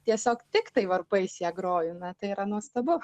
tiesiog tiktai varpais ją groju na tai yra nuostabu